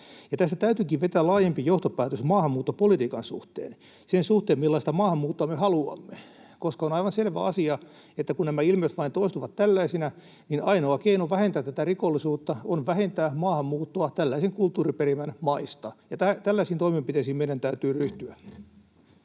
Tästä täytyykin vetää laajempi johtopäätös maahanmuuttopolitiikan suhteen, sen suhteen, millaista maahanmuuttoa me haluamme, koska on aivan selvä asia, että kun nämä ilmiöt vain toistuvat tällaisina, niin ainoa keino vähentää tätä rikollisuutta on vähentää maahanmuuttoa tällaisen kulttuuriperimän maista, ja tällaisiin toimenpiteisiin meidän täytyy ryhtyä.